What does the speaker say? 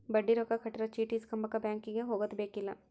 ಬಡ್ಡಿ ರೊಕ್ಕ ಕಟ್ಟಿರೊ ಚೀಟಿ ಇಸ್ಕೊಂಬಕ ಬ್ಯಾಂಕಿಗೆ ಹೊಗದುಬೆಕ್ಕಿಲ್ಲ